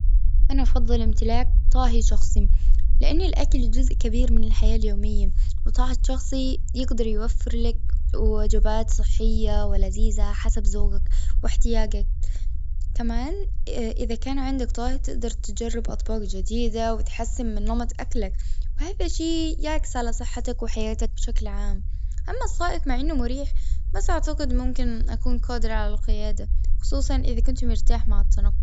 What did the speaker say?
أنا افضل أمتلاك طاهي شخصي. لأن الأكل جزء كبير من الحياة اليومية. وطاهي شخصي يقدر يوفر لك وجبات صحية ولذيذة حسب زوقك. وإحتياجك. كمان اه إذا كان عندك دايت تقدر تجرب أطفال جديدة وتحسن من نمط أكلك. وهذا شي على صحتك وحياتك بشكل عام. أما السائق مع أنه مريح بس أعتقد ممكن أكون قادر على القيادة. خصوصا إذا كنت مرتاح مع التنقل.